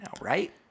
right